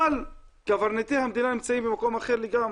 אבל קברניטי המדינה נמצאים במקום אחר לגמרי,